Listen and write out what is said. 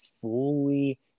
fully